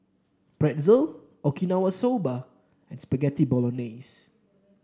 Pretzel Okinawa Soba and Spaghetti Bolognese